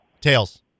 Tails